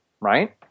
right